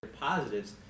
positives